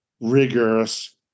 Rigorous